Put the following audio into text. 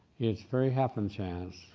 it's very happenstance.